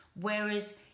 whereas